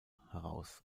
heraus